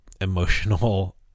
emotional